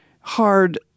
hard